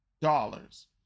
dollars